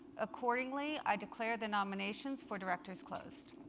accordingly, i declare the nominations for directors closed.